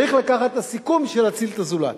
צריך לקחת את הסיכון בשביל להציל את הזולת.